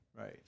Right